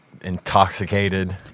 intoxicated